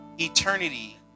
Eternity